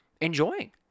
enjoying